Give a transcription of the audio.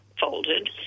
folded